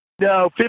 No